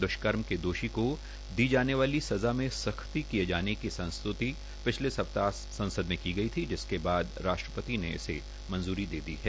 द्वष्कर्म के दोषी को दी जाने वाली सज़ा में सख्ती किये जाने संस्तृति पिछले सप्ताह संसद में की गई थी जिसके बाद राष्ट्रपति ने इसे मंजूरी दे दी है